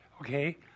Okay